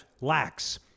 lacks